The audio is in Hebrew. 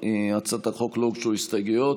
להצעת החוק לא הוגשו הסתייגויות.